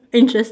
interest